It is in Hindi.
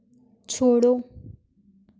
छोड़ो